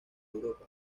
europa